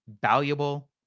valuable